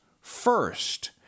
first